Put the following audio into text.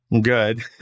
Good